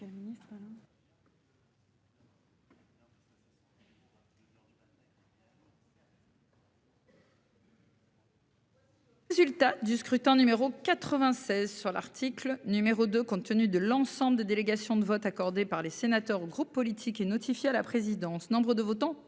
Résultat du scrutin numéro 96 sur l'article numéro de compte tenu de l'ensemble des délégations de vote accordé par les sénateurs, groupes politiques et notifié à la présidence. Nombre de votants,